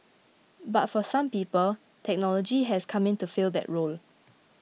but for some people technology has come in to fill that role